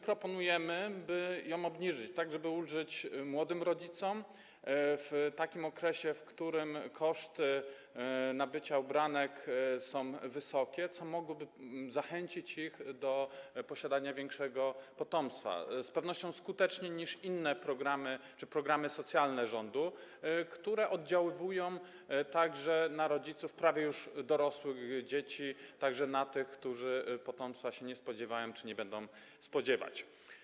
Proponujemy, by ją obniżyć, żeby ulżyć młodym rodzicom w okresie, w którym koszty nabycia ubranek są wysokie, co mogłoby zachęcić ich do posiadania liczniejszego potomstwa - z pewnością skuteczniej niż inne programy czy programy socjalne rządu, które oddziałują także na rodziców prawie już dorosłych dzieci, a także na tych, którzy potomstwa się nie spodziewają czy nie będą się spodziewać.